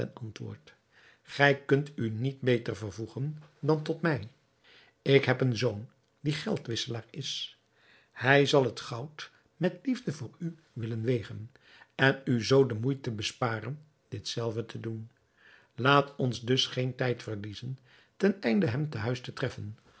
antwoord gij kunt u niet beter vervoegen dan tot mij ik heb een zoon die geldwisselaar is hij zal het goud met liefde voor u willen wegen en u zoo de moeite besparen dit zelve te doen laat ons dus geen tijd verliezen ten einde hem te huis te treffen